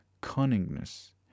cunningness